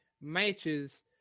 matches